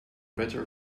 better